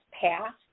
passed